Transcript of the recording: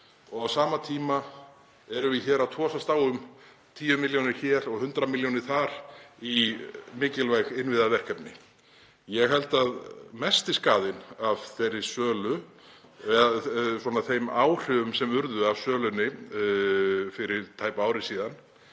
og á sama tíma erum við hér að tosast á um 10 milljónir hér og 100 milljónir þar í mikilvæg innviðaverkefni. Ég held að mesti skaðinn af áhrifum sem urðu af sölunni fyrir tæpu ári síðan